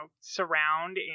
surround